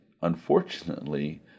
unfortunately